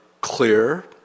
clear